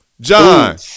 John